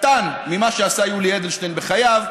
קטן ממה שעשה יולי אדלשטיין בחייו,